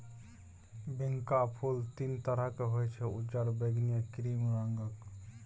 बिंका फुल तीन तरहक होइ छै उज्जर, बैगनी आ क्रीम रंगक